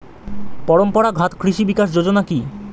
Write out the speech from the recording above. পরম্পরা ঘাত কৃষি বিকাশ যোজনা কি?